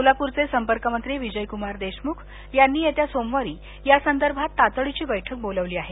सोलापूरचे संपर्क मंत्री विजयक्मार देशमुख यांनी येत्या सोमवारी यासंदर्भात तातडीची बैठक बोलावली आहे